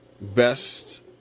best